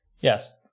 Yes